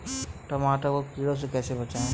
टमाटर को कीड़ों से कैसे बचाएँ?